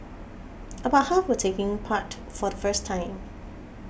about half were taking part for the first time